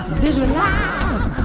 visualize